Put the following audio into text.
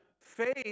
faith